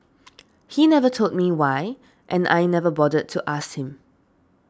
he never told me why and I never bothered to ask him